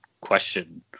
question